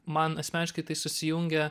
man asmeniškai tai susijungia